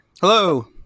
hello